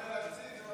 הוא עולה להציג, אבל